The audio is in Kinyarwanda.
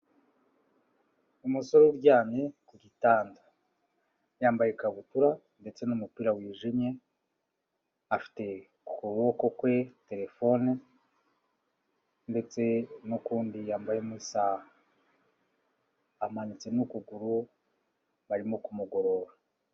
Umusore uryamye ku gitanda. Yambaye ikabutura ndetse n'umupira wijimye, afite ku kuboko kwe terefone, ndetse n'ukundi yambayemo isaha. Amanitse n'ukuguru, barimo kumugorora.